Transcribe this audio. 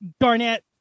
Garnett